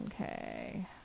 Okay